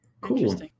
Cool